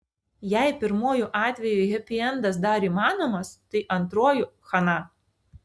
jei pirmuoju atveju hepiendas dar įmanomas tai antruoju chana